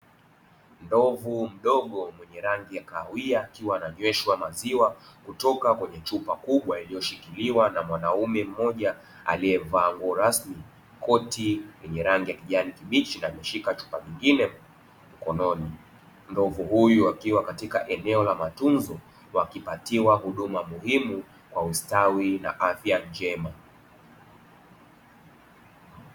Ndovu mdogo mwenye rangi ya kahawia akiwa ananyweshwa maziwa kutoka kwenye chupa kubwa iliyoshikiliwa na mwanaume mmoja aliyevaa nguo rasmi, koti yenye rangi ya kijani kibichi na kushika chupa nyingine mkononi. Ndovu huyo akiwa katika eneo la matunzo wakipatiwa huduma muhimu kwa ustawi na afya njema.